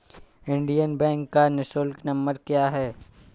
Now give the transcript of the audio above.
Indian bank का निःशुल्क number क्या है?